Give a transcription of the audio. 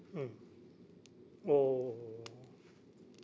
mm oh